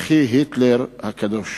יחי היטלר הקדוש.